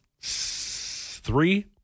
three